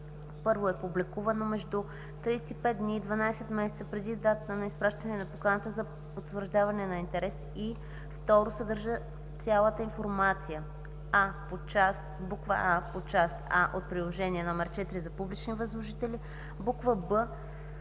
„1. е публикувано между 35 дни и 12 месеца преди датата на изпращане на поканата за потвърждаване на интерес, и 2. съдържа цялата информация: а) по част А от приложение № 4 – за публични възложители; б) по